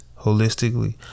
holistically